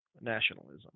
nationalism